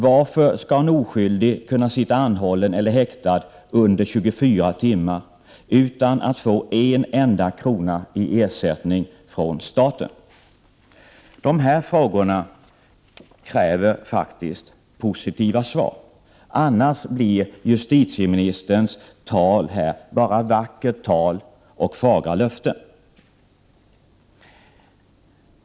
Varför skall en oskyldig kunna sitta anhållen eller häktad under 24 timmar utan att få en enda krona i ersättning från staten? Dessa frågor kräver positiva svar, annars blir justitieministerns tal bara vackert tal och fagra löften.